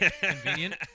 Convenient